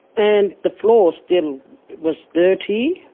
and the floor still was dirty.